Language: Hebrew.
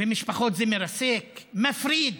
וזה מרסק משפחות, מפריד.